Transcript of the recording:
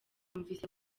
numvise